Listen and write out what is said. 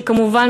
וכמובן,